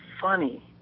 funny